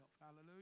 Hallelujah